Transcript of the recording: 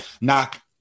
knock